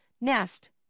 nest